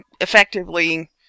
effectively